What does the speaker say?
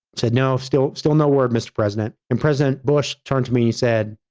said no, still, still no word, mr. president, and president bush turned to me, he said,